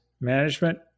management